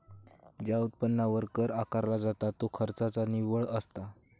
ज्या उत्पन्नावर कर आकारला जाता त्यो खर्चाचा निव्वळ असता